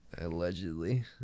Allegedly